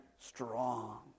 strong